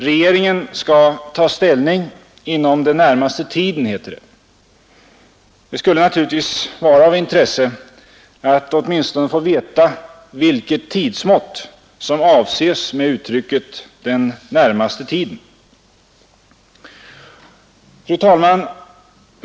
Regeringen skall ta ställning inom den närmaste tiden, heter det. Det skulle naturligtvis vara av intresse att åtminstone få veta vilket tidsmått som avses med uttrycket ”den närmaste tiden”. Fru talman!